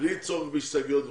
בלי צורך בהסתייגויות וכו'.